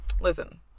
Listen